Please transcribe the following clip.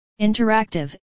Interactive